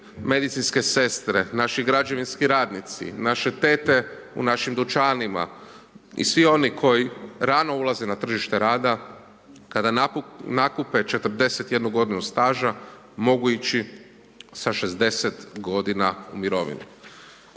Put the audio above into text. medicinske sestre, naši građevinski radnici, naše tete u našim dućanima i svi oni koji rano ulaze na tržište rada, kada nakupe 41 g, staža, mogu ići sa 60 g. u mirovinu.